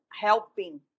helping